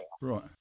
Right